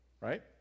right